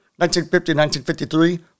1950-1953